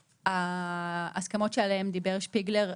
ההסכמות שעליהן דיבר שפיגלר,